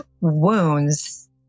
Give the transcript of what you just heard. wounds